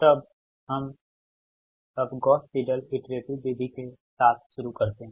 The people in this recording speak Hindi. तब अब हम गॉस सिडल इटरेटिव विधि के साथ शुरू करते हैं